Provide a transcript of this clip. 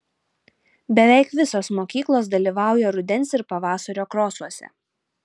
beveik visos mokyklos dalyvauja rudens ir pavasario krosuose